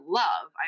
love